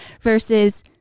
versus